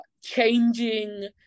changing